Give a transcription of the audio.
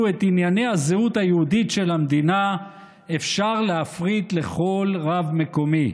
את ענייני הזהות היהודית של המדינה אפשר להפריט לכל רב מקומי?